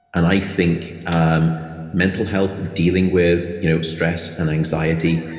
and i think um mental health, dealing with you know stress and anxiety,